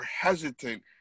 hesitant